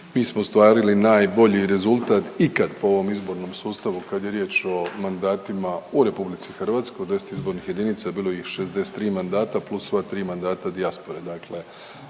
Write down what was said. mi smo ostvarili najbolji rezultat ikad po ovom izbornom sustavu kad je riječ o mandatima u RH u 10 izbornih jedinica bilo je 63 mandata plus sva 3 mandata dijaspore.